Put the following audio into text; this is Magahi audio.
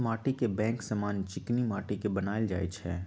माटीके बैंक समान्य चीकनि माटि के बनायल जाइ छइ